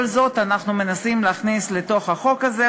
כל זאת אנחנו מנסים להכניס לתוך החוק הזה,